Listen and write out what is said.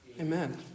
Amen